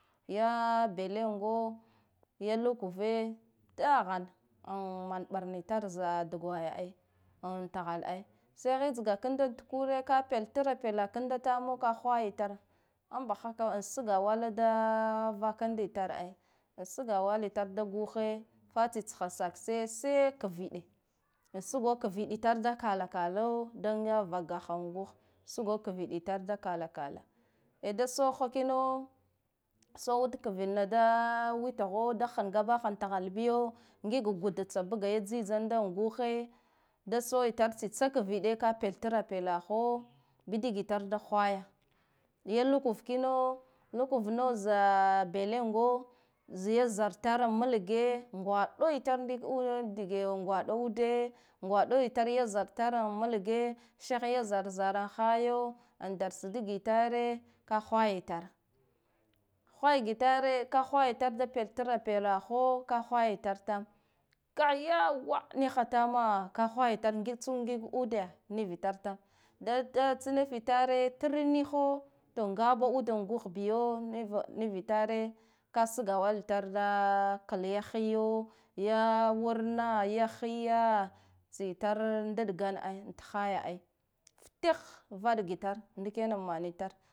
Ya belengoo ya lukuve dahan am mana ɓarna itar za dgwaya ai, an thal ai sai hitsga kanda tukure ka peltra pela kanda ka hwaya tar ambahaka an sgawalada. Vakanda itar ai sgawala itar da guhe fa tsitsha sakse sai kiviɗe sugo kivi tar da kalakalo da vag'gaha guhe sugo kiviɗe tar da kalakala a da sohha kino sohud kviɗna da, witho da hangabahha thalebiya ngiga gudtsa buga yi tsistamda guhe da sohitar tsitsa kviɗe ka peltrapela ho bdigitar da hwaya. Ya lakurkino lukuv na za belengoo zai zartar mblge ngwa ɗo itar nɗik dake ngwaɗo ude ngwo itar ya zat tare amblge sih yi zargar hayo darsdigitare ka hwayitare kahwaygi tare howay gitare da peltra pela ka hawayitar tam kai yawwa niha tama ka hwaya tare tsaniga ude nivitar tama da tsnifitare triɗ nihatongaba ude guh biyo nivo nivitare ka sgawala itar da kai yi hiyo ya wurna ya hiya zaitar ndaɗ gan ai thaya ai, ftih vɗga itar ndikena manitar